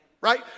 Right